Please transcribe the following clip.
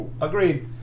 Agreed